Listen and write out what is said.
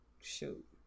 Shoot